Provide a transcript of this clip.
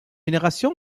génération